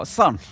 son